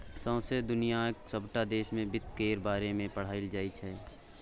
सौंसे दुनियाक सबटा देश मे बित्त केर बारे मे पढ़ाएल जाइ छै